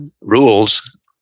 rules